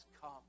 come